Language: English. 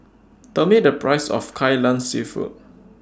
Tell Me The Price of Kai Lan Seafood